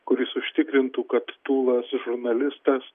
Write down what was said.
kuris užtikrintų kad tūlas žurnalistas